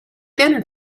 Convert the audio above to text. dinner